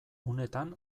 unetan